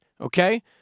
okay